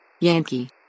Yankee